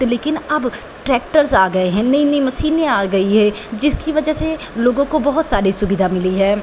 तो लेकिन अब ट्रैक्टर्स आ गए हैं नई नई मसीनें आ गई हैं जिसकी वजह से लोगों को बहुत सारी सुविधा मिली है